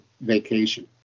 vacation